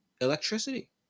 electricity